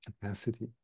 capacity